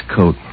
coat